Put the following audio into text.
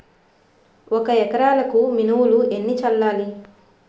ఒక ఎకరాలకు మినువులు ఎన్ని చల్లాలి?